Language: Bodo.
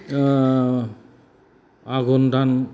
आघन दान